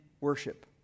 worship